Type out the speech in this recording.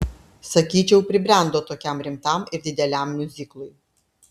sakyčiau pribrendo tokiam rimtam ir dideliam miuziklui